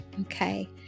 Okay